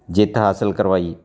ਜਿੱਤ ਹਾਸਿਲ ਕਰਵਾਈ